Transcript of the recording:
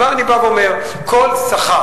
אבל אני בא אומר: כל שכר,